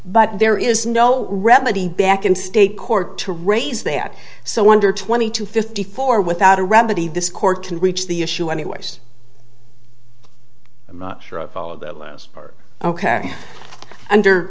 there is no remedy back in state court to raise that so under twenty two fifty four without a remedy this court can reach the issue anyway i'm not sure i follow that last are ok under